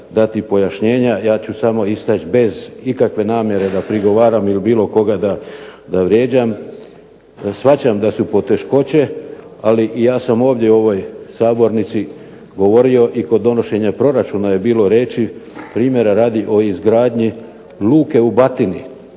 dati pojašnjenja. Ja ću samo istaći bez ikakve namjere da prigovaram ili bilo koga da vrijeđam. Shvaćam da su poteškoće ali ja sam ovdje u ovoj Sabornici govorio i kod donošenja proračuna je bilo riječi primjera radi o izgradnji luke u Batini.